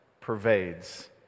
pervades